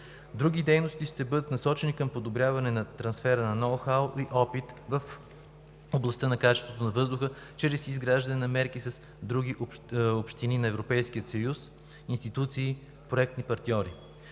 Други дейности ще бъдат насочени към подобряване на трансфера на ноу-хау и опит в областта на качеството на въздуха чрез изграждане на мерки с общини на Европейския съюз, институции, проектни партньори.